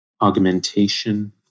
Augmentation